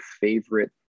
favorite